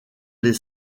les